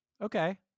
Okay